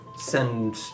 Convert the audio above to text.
send